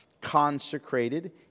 consecrated